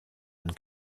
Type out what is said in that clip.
and